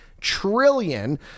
trillion